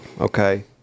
okay